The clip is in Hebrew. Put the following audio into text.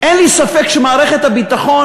אין לי ספק שמערכת הביטחון,